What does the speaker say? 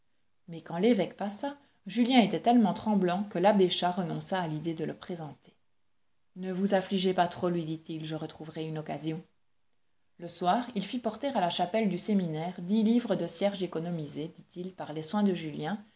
mais quand l'évêque passa julien était tellement tremblant que l'abbé chas renonça à l'idée de le présenter ne vous affligez pas trop lui dit-il je retrouverai une occasion le soir il fit porter à la chapelle du séminaire dix livres de cierges économisés dit-il par les soins de julien